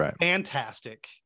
fantastic